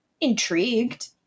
Intrigued